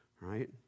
right